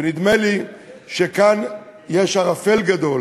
ונדמה לי שכאן יש ערפל כבד.